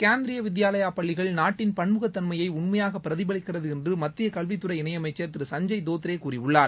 கேந்திரீய வித்யாலயா பள்ளிகள் நாட்டின் பன்முகத்தன்மையை உண்மையாக பிரதிபலிக்கிறது என்று மத்திய கல்வித்துறை இணையமைச்சர் திரு சஞ்சுப் தோத்ரே கூறியுள்ளார்